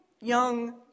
young